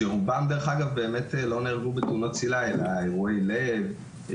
שרובם לא נהרגו בתאונות צלילה אלא אירועי לב,